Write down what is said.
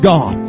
God